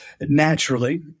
Naturally